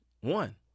One